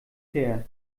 her